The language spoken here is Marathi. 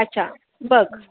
अच्छा बघ